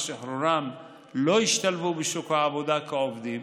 שחרורם לא השתלבו בשוק העבודה כעובדים